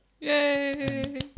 Yay